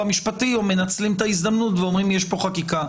המשפטי או מנצלים את ההזדמנות ואומרים שיש כאן חקיקה.